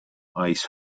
ice